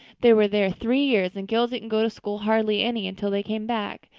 they were there three years and gil didn't go to school hardly any until they came back.